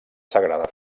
sagrada